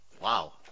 wow